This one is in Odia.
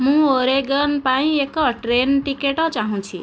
ମୁଁ ଓରେଗନ୍ ପାଇଁ ଏକ ଟ୍ରେନ୍ ଟିକେଟ୍ ଚାହୁଁଛି